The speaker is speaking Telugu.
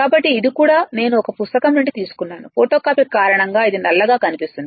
కాబట్టి ఇది కూడా నేను ఒక పుస్తకం నుండి తీసుకున్నాను ఫోటోకాపీ కారణంగా ఇది నల్లగా కనిపిస్తుంది